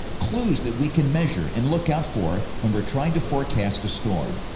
clues that we can measure and look out for when we're trying to forecast a storm.